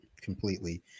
completely